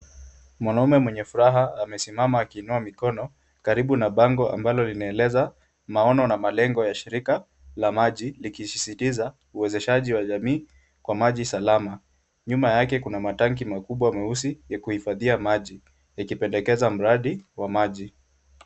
Mwanaume mwenye furaha amesimama akiinua mikono karibu na bango ambalo linaeleza maona na malengo ya shirika la maji likizisitiza uwezeshaji wa jamii kwa maji salama. Nyuma yake kuna matanki makubwa meusi ya kuhifadhia maji ikipendekeza mradi wa maji.